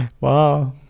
wow